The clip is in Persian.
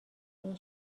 این